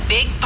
Big